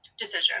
decision